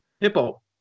Hippo